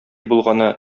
булганы